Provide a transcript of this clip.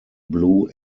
blue